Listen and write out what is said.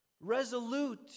Resolute